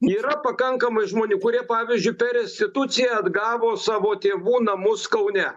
yra pakankamai žmonių kurie pavyzdžiui ta restitucija atgavo savo tėvų namus kaune